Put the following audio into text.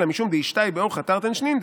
אלא משום דאשתהי באורחא תרתין שנין,